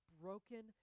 broken